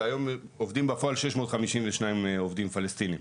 והיום עובדים בפועל 652 עובדים פלסטינים.